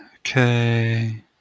Okay